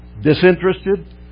Disinterested